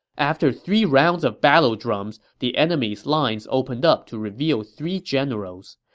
after three rounds of battle drums, the enemy's lines opened up to reveal three generals.